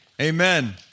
Amen